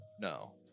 no